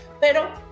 pero